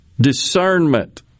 Discernment